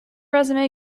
resume